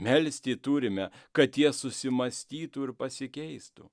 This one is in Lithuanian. melsti turime kad jie susimąstytų ir pasikeistų